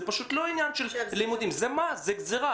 זה לא עניין של לימודים, זה פשוט מס, זה גזרה.